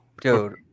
Dude